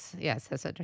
Yes